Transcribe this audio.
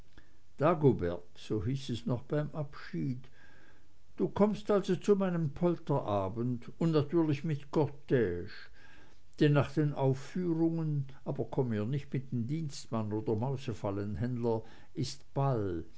so hieß es noch beim abschied du kommst also zu meinem polterabend und natürlich mit cortge denn nach den aufführungen aber kommt mir nicht mit dienstmann oder mausefallenhändler ist ball